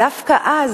דווקא אז,